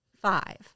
five